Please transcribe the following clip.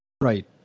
Right